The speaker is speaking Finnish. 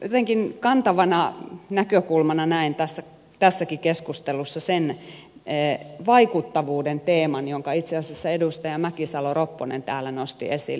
jotenkin kantavana näkökulmana näen tässäkin keskustelussa sen vaikuttavuuden teeman jonka itse asiassa edustaja mäkisalo ropponen täällä nosti esille